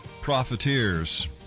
profiteers